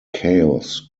chaos